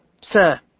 sir